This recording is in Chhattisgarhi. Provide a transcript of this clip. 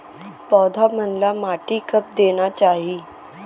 पौधा मन ला माटी कब देना चाही?